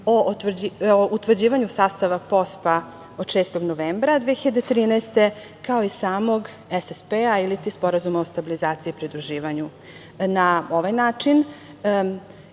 o utvrđivanju sastava POSP-a od 6. novembra 2013. godine, kao i samog SSP-a, iliti Sporazuma o stabilizaciji i pridruživanju. Na ovaj način